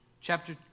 Chapter